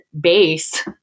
base